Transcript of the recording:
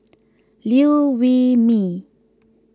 Liew Wee Mee